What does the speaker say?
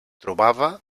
trobava